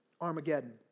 Armageddon